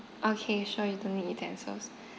okay sure you don't need utensils